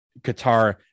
Qatar